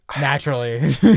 naturally